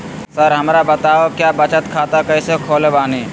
Sir हमरा बताओ क्या बचत खाता कैसे खोले बानी?